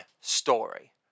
story